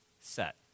set